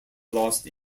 lost